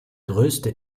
größte